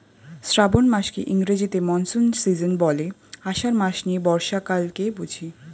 শ্রাবন মাসকে ইংরেজিতে monsoon season বলে, আষাঢ় মাস নিয়ে বর্ষাকালকে বুঝি